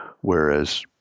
whereas